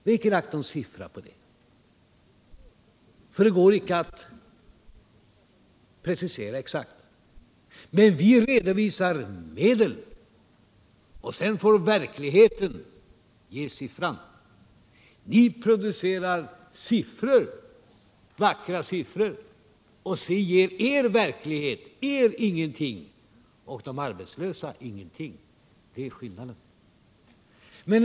Men vi nämner inga siffror, därför att det går inte att göra några preciseringar. Däremot redovisar vi medlen, och sedan får verkligheten ge siffrorna. Ni producerar vackra siffror som inte svarar mot verkligheten och inte ger de arbetslösa något. Det är skillnaden.